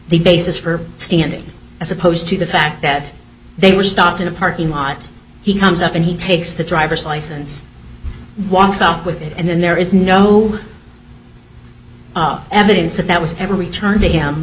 the basis for standing as opposed to the fact that they were stopped in a parking lot he comes up and he takes the driver's license walks off with it and then there is no evidence that that was ever returned to him